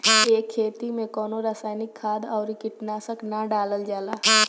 ए खेती में कवनो रासायनिक खाद अउरी कीटनाशक ना डालल जाला